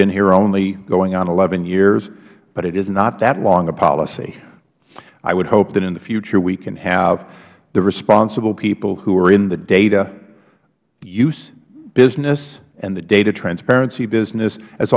been here only going on eleven years but it is not that long a policy i would hope that in the future we can have the responsible people who are in the data use business and the data transparency business as